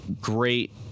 great